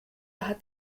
hat